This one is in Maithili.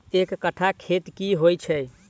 एक कट्ठा खेत की होइ छै?